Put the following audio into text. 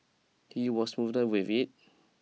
he was with it